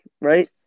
Right